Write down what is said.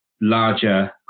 larger